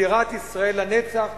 בירת ישראל לנצח,